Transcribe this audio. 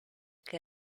que